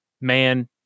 man